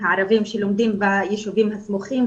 הערבים שלומדים ביישובים הסמוכים.